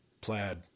plaid